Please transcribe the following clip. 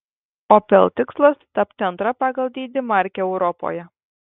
opel tikslas tapti antra pagal dydį marke europoje